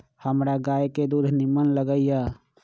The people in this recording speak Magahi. हमरा गाय के दूध निम्मन लगइय